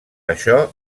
això